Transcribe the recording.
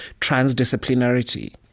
transdisciplinarity